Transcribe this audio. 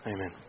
Amen